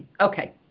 okay